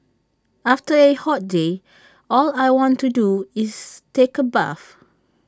after A hot day all I want to do is take A bath